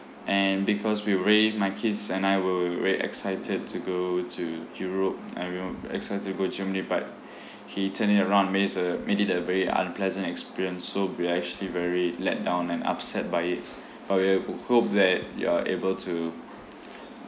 and because we raved my kids and I were very excited to go to europe and we were excited to go germany but he turned it around and made us uh made it a very unpleasant experience so we were actually very let down and upset by it but we uh would hope that you are able to